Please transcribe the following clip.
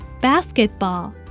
basketball